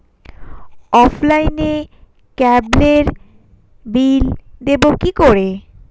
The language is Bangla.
অফলাইনে ক্যাবলের বিল দেবো কি করে?